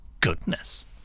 Goodness